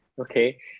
Okay